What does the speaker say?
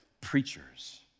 preachers